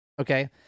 Okay